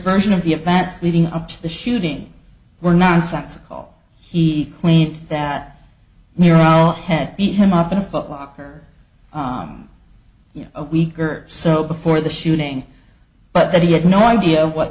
version of the events leading up to the shooting were nonsensical he claims that nero head beat him up in a foot locker you know a week or so before the shooting but that he had no idea what